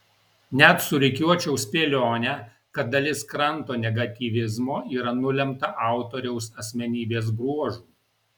net surikiuočiau spėlionę kad dalis kranto negatyvizmo yra nulemta autoriaus asmenybės bruožų